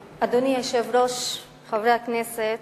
היושב-ראש, חברי הכנסת,